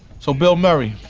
so bill murray.